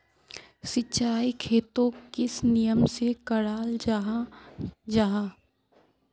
सिंचाई खेतोक किस नियम से कराल जाहा जाहा?